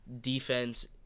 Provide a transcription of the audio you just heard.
defense